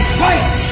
fight